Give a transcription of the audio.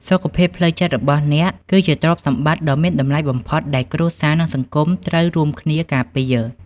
សុខភាពផ្លូវចិត្តរបស់អ្នក គឺជាទ្រព្យសម្បត្តិដ៏មានតម្លៃបំផុតដែលគ្រួសារ និងសង្គមត្រូវរួមគ្នាការពារ។